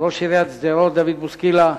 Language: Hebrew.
ראש עיריית שדרות דוד בוסקילה,